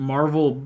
Marvel